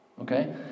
Okay